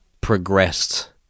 progressed